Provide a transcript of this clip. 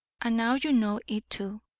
and now you know it too.